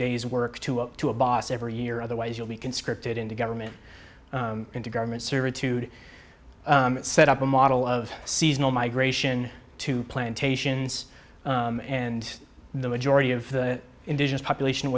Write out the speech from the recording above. days work to up to a boss every year otherwise you'll be conscripted into government into government servitude set up a model of seasonal migration to plantations and the majority of the indigenous population